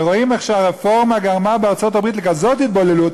ורואים איך שהרפורמה גרמה בארצות-הברית לכזאת התבוללות,